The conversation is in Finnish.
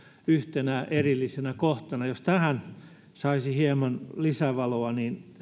yhtenä erillisenä kohtana jos tähän saisi hieman lisävaloa niin